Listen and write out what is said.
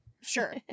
sure